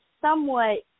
somewhat